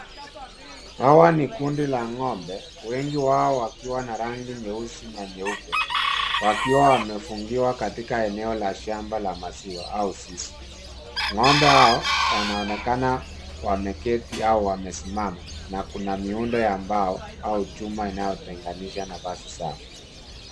Hawa ni kundi la ng'ombe, wengi wao wakiwa na rangi nyeusi na nyeupe. Wakiwa wamefungiwa katika eneo la shamba la maziwa au zizi. Ng'ombe hao, wanaonekana wameketi au wamesimama, na kuna miundo ya mbao, au chuma inayotenganisha nafasi safi.